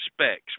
specs